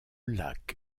lac